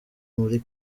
muri